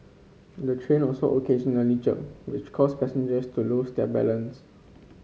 the train also occasionally jerked which caused passengers to lose their balance